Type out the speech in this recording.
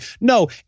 no